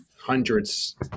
hundreds